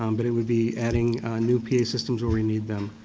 um but it would be adding new pa systems where we need them.